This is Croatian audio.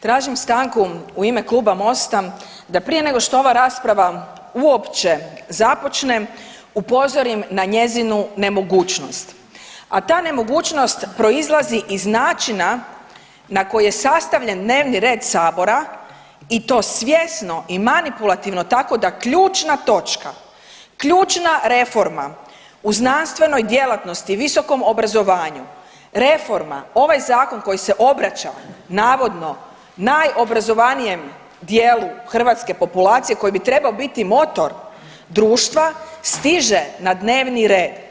Tražim stanku u ime kluba MOST-a da prije nego što ova rasprava uopće započne upozorim na njezinu nemogućnost, a ta nemogućnost proizlazi iz načina na koji je sastavljen dnevni red Sabora i to svjesno i manipulativno tako da ključna točka, ključna reforma u znanstvenoj djelatnosti, visokom obrazovanju reforma ovaj zakon koji se obraća navodno najobrazovanijem dijelu hrvatske populacije koji bi trebao biti motor društva stiže na dnevni red.